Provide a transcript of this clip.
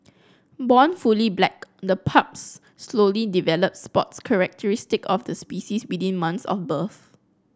born fully black the pups slowly develop spots characteristic of the species within months of birth